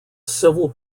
civil